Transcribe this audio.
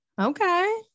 Okay